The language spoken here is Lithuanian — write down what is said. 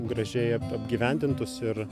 gražiai apgyvendintus ir